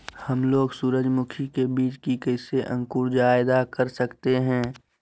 हमलोग सूरजमुखी के बिज की कैसे अंकुर जायदा कर सकते हैं?